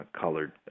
colored